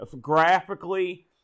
graphically